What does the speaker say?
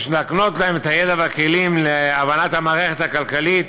יש להקנות להם את הידע והכלים להבנת המערכת הכלכלית